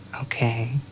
Okay